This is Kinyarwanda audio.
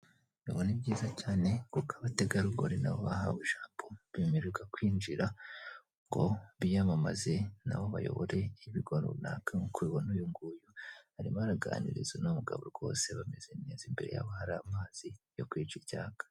Aba ari byiza cyane kuko abategarugori nabo bahawe ijambo, bemererwa kwinjira ngo biyamamaze nabo bayobore ibigo runaka ubibona uyu nguyu arimo araganiriza uno mugabo rwose bameze neza imbere yabo hari amazi yo kwica icyaka.